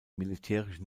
militärische